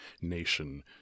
nation